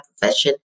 profession